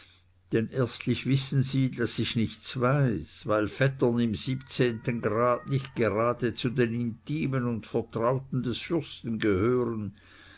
denn erstlich wissen sie daß ich nichts weiß weil vettern im grad nicht gerade zu den intimen und vertrauten des fürsten gehören